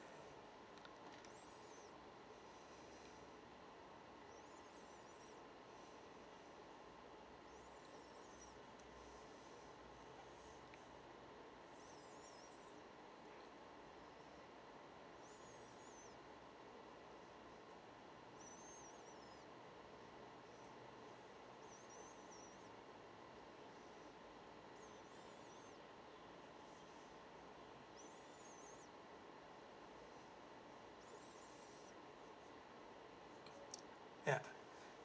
ya